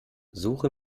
suche